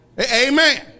Amen